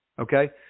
okay